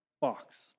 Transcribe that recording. box